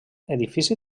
edifici